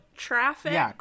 Traffic